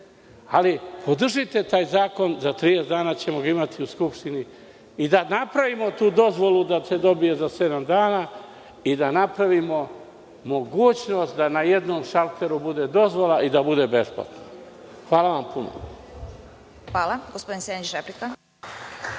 podržite taj zakon. Za 30 dana ćemo ga imati u Skupštini i da napravimo tu dozvolu da se dobije za sedam dana i da napravimo mogućnost da na jednom šalteru bude dozvola i da bude besplatna. Hvala vam puno. **Vesna Kovač** Hvala. Reč